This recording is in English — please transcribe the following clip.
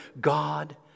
God